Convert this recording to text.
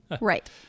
right